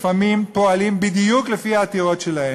לפעמים פועלים בדיוק לפי העתירות שלהם.